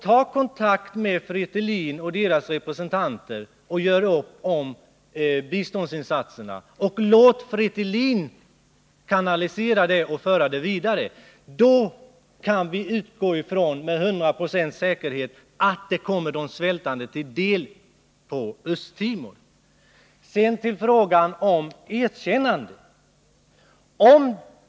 Tag kontakt med Fretilins representanter och gör upp om biståndsinsatserna, och låt Fretilin kanalisera dem och föra dem vidare! Då kan vi utgå från — med hundia procents säkerhet — att de insatserna kommer de svältande på Östtimor till del. Sedan till frågan om erkännandet.